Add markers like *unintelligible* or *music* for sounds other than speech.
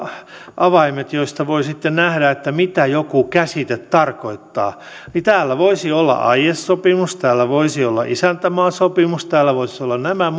avaimet joista voi sitten nähdä mitä joku käsite tarkoittaa niin täällä voisi olla aiesopimus täällä voisi olla isäntämaasopimus täällä voisivat olla nämä *unintelligible*